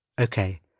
Okay